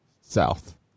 south